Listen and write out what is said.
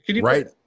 Right